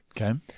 Okay